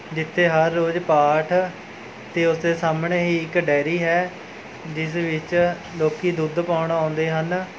ਜਿੱਥੇ ਹਰ ਰੋਜ਼ ਪਾਠ ਅਤੇ ਉਸਦੇ ਸਾਹਮਣੇ ਹੀ ਇੱਕ ਡੈਅਰੀ ਹੈ ਜਿਸ ਵਿੱਚ ਲੋਕ ਦੁੱਧ ਪਾਉਣ ਆਉਂਦੇ ਹਨ